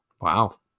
Wow